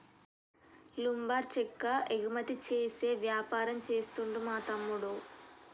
lumber చెక్క ఎగుమతి చేసే వ్యాపారం చేస్తుండు మా తమ్ముడు